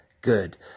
good